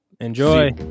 Enjoy